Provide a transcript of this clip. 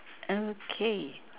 okay